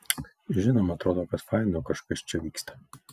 žinoma atrodo kad faina jog kažkas čia vyksta